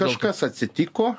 kažkas atsitiko